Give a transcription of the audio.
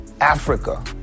Africa